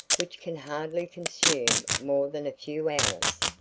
which can hardly consume more than a few hours?